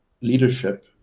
leadership